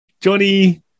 johnny